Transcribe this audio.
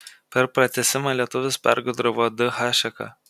per pratęsimą lietuvis pergudravo d hašeką